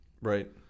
Right